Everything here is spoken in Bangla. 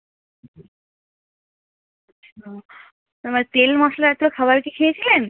না মানে তেল মশলাজাত খাবার কি খেয়েছিলেন